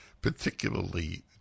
particularly